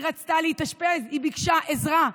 היא רצתה להתאשפז, היא ביקשה עזרה.